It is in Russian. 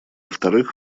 вторых